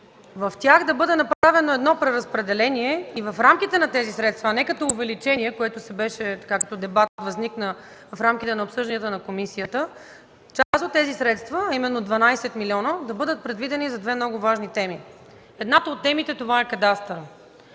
в тях да бъде направено едно преразпределение и в рамките на тези средства, а не като увеличение, което като дебат възникна в рамките на обсъжданията на комисията, част от тези средства, а именно 12 милиона да бъдат предвидени за две много важни теми. Едната от темите е кадастърът.